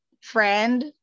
friend